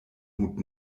hut